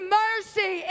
mercy